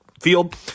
field